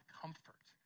comfort